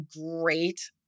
great